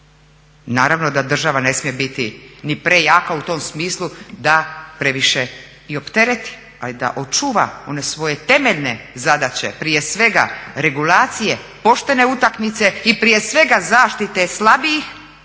Naravno da država ne smije biti ni prejaka u tom smislu da previše i optereti, ali da očuva one svoje temeljne zadaće prije svega regulacije poštene utakmice i prije svega zaštite slabijih